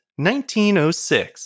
1906